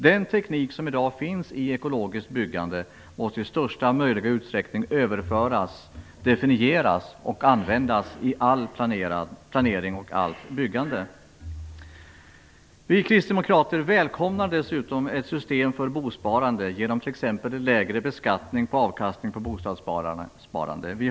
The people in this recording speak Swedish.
Den teknik som i dag finns i ekologiskt byggande måste i största möjliga utsträckning överföras, definieras och användas i all planering och allt byggande. Vi kristdemokrater välkomnar ett system för bosparande genom t.ex. lägre beskattning på avkastning på bostadssparande.